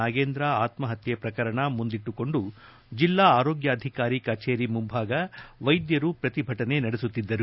ನಾಗೇಂದ್ರ ಅತ್ಮಹತ್ಯೆ ಪ್ರಕರಣ ಮುಂದಿಟ್ವುಕೊಂಡು ಜಿಲ್ಲಾ ಆರೋಗ್ಯಾಧಿಕಾರಿ ಕಚೇರಿ ಮುಂಭಾಗ ವೈದ್ಯರು ಪ್ರತಿಭಟನೆ ನಡೆಸುತ್ತಿದ್ದರು